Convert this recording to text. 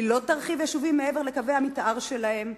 היא לא תרחיב יישובים מעבר לקווי המיתאר שלהם.